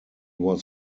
was